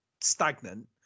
stagnant